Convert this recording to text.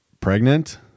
pregnant